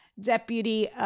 Deputy